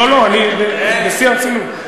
לא, בשיא הרצינות.